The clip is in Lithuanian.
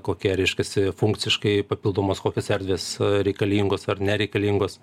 kokia reiškiasi funkciškai papildomos kokios erdvės reikalingos ar nereikalingos